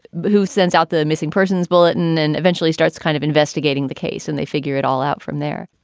who sends out the missing persons bulletin and eventually starts kind of investigating the case. and they figure it all out from there.